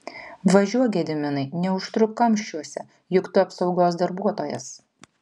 važiuok gediminai neužtruk kamščiuose juk tu apsaugos darbuotojas